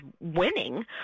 winning